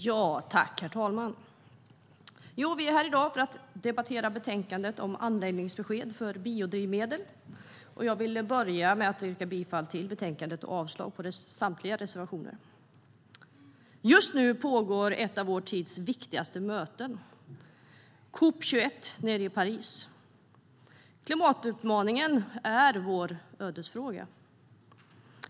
Herr talman! Vi är här i dag för att debattera betänkandet om anläggningsbesked för biodrivmedel, och jag vill börja med att yrka bifall till förslaget i betänkandet och avslag på samtliga reservationer. Just nu pågår ett av vår tids viktigaste möten, COP 21, nere i Paris. Klimatutmaningen är vår ödesfråga.